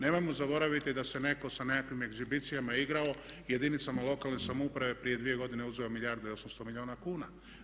Nemojmo zaboraviti da se netko sa nekakvim egzibicijama igrao i jedinicama lokalne samouprave prije 2 godine uzeo milijardu i 800 milijuna kuna.